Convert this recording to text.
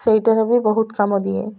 ସେଇଟାରେ ବି ବହୁତ କାମ ଦିଏ